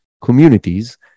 communities